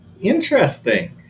Interesting